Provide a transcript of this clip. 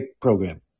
program